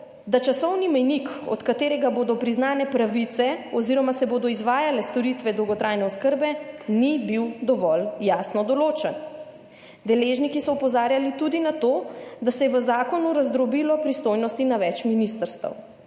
da časovni mejnik, od katerega bodo priznane pravice oziroma se bodo izvajale storitve dolgotrajne oskrbe ni bil dovolj jasno določen. Deležniki so opozarjali tudi na to, da se je v zakonu razdrobilo pristojnosti na več ministrstev,